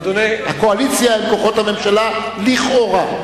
אדוני, הקואליציה היא כוחות הממשלה לכאורה.